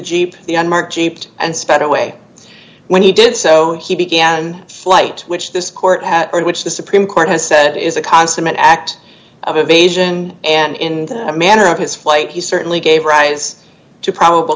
jeep the unmarked jeep and sped away when he did so he began flight which this court in which the supreme court has said is a consummate act of evasion and in that manner of his flight he certainly gave rights to probable